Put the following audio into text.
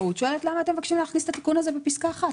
למה אתם מבקשים להכניס את התיקון בפסקה (1)?